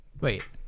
Wait